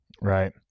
Right